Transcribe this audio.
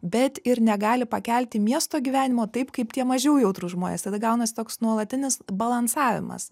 bet ir negali pakelti miesto gyvenimo taip kaip tie mažiau jautrūs žmonės tada gaunasi toks nuolatinis balansavimas